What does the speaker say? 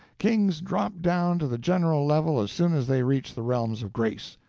kings drop down to the general level as soon as they reach the realms of grace.